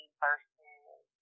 versus